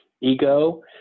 ego